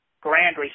Grand